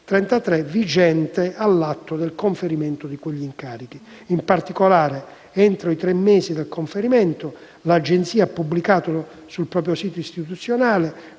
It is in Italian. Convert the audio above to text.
33, vigente all'atto del conferimento di quegli incarichi. In particolare, entro i tre mesi dal conferimento, l'Agenzia ha pubblicato nel proprio sito istituzionale: